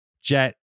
Jet